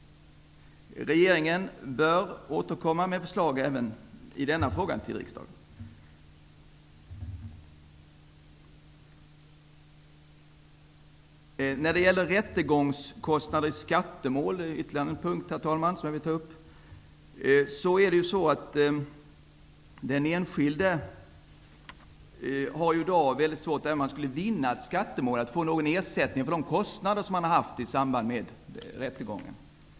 Regeringen bör även i denna fråga återkomma med förslag till riksdagen. Rättegångskostnader i skattemål är, herr talman, ytterligare en punkt som jag vill ta upp. Den enskilde har i dag, även om han skulle vinna ett skattemål, väldigt svårt att få någon ersättning för de kostnader som han har haft i samband med en rättegång.